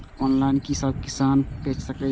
Online कि सब किसान बैच सके ये?